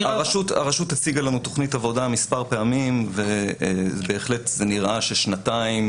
הרשות הציגה לנו תכנית עבודה מספר פעמים ובהחלט זה נראה ששנתיים